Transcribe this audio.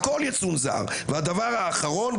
הכול יצונזר והדבר האחרון,